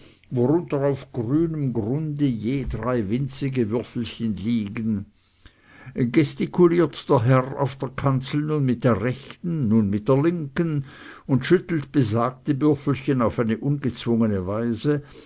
worunter auf grünem grunde je drei winzige würfelchen liegen gestikuliert der herr auf der kanzel nun mit der rechten nun mit der linken und schüttelt besagte würfelchen auf eine ungezwungene weise